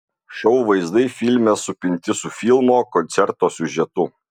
šou vaizdai filme supinti su filmo koncerto siužetu